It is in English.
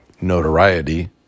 notoriety